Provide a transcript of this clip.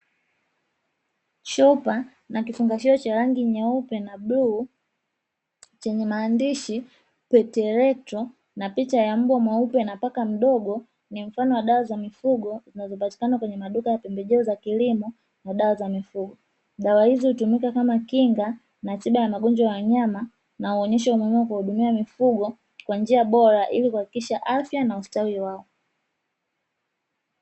Chupa na kifungashio cha rangi nyeupe na bluu chenye maandishi "Pet Electro" na picha ya mbwa mweupe na paka mdogo ni mfano wa dawa za mifugo zinazopatikana kwenye maduka ya pembejeo za kilimo na dawa za mifugo, dawa hizi hutumika kama kinga na tiba ya magonjwa ya wanyama na huonyesha umuhimu wa kuhudumia mifugo kwa njia bora ili kuhakikisha afya na ustawi wao.